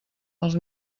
els